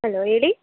hello ಹೇಳಿ